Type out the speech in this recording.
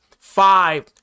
five